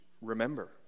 remember